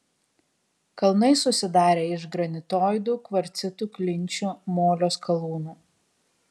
kalnai susidarę iš granitoidų kvarcitų klinčių molio skalūnų